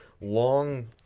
long